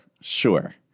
sure